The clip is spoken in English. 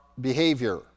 behavior